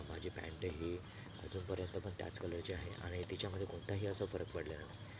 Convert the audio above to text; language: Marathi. माझी पॅन्ट ही अजूनपर्यंत पण त्याच कलरची आहे आणि तिच्यामध्ये कोणताही असा फरक पडलेला नाही